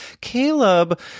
Caleb